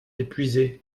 épuisé